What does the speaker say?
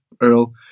Earl